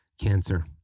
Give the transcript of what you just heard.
cancer